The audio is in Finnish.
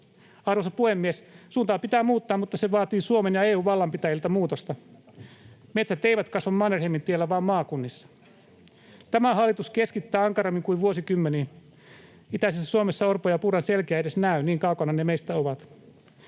Arvoisa puhemies! Suuntaa pitää muuttaa, mutta se vaatii Suomen ja EU:n vallanpitäjiltä muutosta. Metsät eivät kasva Mannerheimintiellä vaan maakunnissa. Tämä hallitus keskittää ankarammin kuin vuosikymmeniin. Itäisessä Suomessa Orpon ja Purran selkiä ei edes näy, niin kaukana ne meistä ovat.